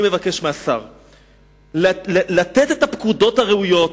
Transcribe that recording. אני מבקש מהשר לתת את הפקודות הראויות